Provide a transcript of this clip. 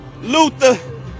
Luther